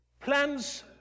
plans